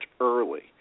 early